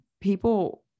people